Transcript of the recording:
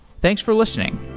thanks for listening